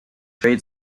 trade